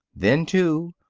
then, too,